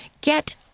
Get